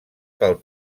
pel